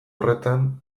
horretan